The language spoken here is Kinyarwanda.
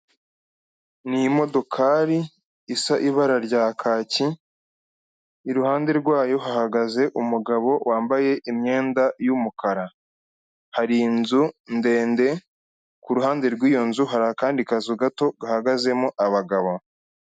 Ni imodokari isa ibara rya kaki, iruhande rwayo hahagaze umugabo wambaye imyenda y'umukara, hari inzu ndende, ku ruhande rw'iyo nzu, hari akandi kazu gato gahagazemo abagabo.